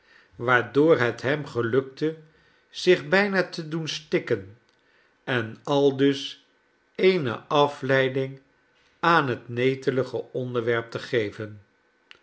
waardoor het hem gelukte zich bijna te doen stikken en aldus eene afleiding aan het netelige onderwerp te geven